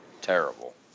terrible